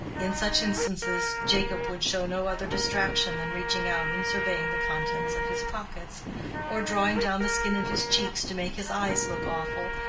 in such instances, jacob would show no other distraction than reaching out and surveying the contents of his pockets or drawing down the skin of his cheeks to make his eyes look awful,